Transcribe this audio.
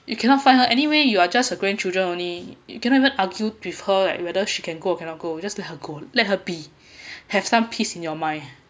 you cannot find her anyway you are just a grandchildren only you cannot even argue with her right whether she can go or cannot go you just let her go let her be have some peace in your mind